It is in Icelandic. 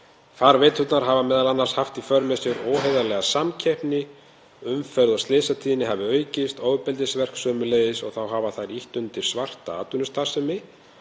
„Farveiturnar“ hafa meðal annars haft í för með sér óheiðarlega samkeppni, umferð og slysatíðni hafa aukist, ofbeldisverk sömuleiðis og þá hafa þær ýtt undir svarta atvinnustarfsemi